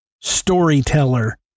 storyteller